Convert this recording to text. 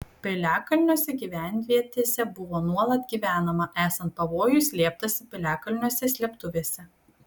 piliakalniuose gyvenvietėse buvo nuolat gyvenama esant pavojui slėptasi piliakalniuose slėptuvėse